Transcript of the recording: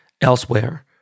elsewhere